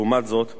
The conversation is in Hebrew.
לעומת זאת,